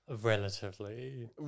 relatively